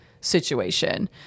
situation